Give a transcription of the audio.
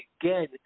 again